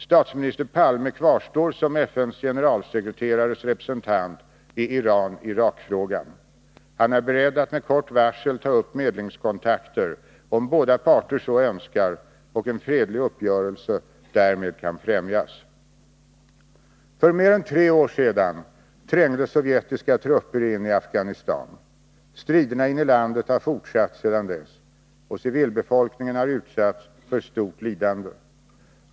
Statsminister Palme kvarstår som FN:s generalsekreterares representant i Iran-Irak-frågan. Han är beredd att med kort varsel ta upp medlingskontakter, om båda parter så önskar och en fredlig uppgörelse därmed kan främjas. För mer än tre år sedan trängde sovjetiska trupper in i Afghanistan. Striderna inne i landet har fortsatt sedan dess, och civilbefolkningen har utsatts för stort lidande.